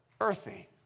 earthy